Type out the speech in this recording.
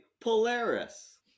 Polaris